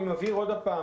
אני מבהיר שוב: